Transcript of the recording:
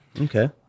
Okay